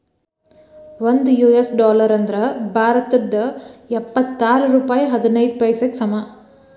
ಒಂದ್ US dollar ಅಂದ್ರ ಭಾರತದ್ ಎಪ್ಪತ್ತಾರ ರೂಪಾಯ್ ಹದಿನೈದ್ ಪೈಸೆಗೆ ಸಮ